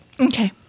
Okay